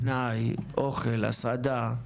פנאי, אוכל, הסעדה,